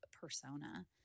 persona